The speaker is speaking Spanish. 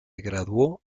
graduó